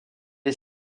est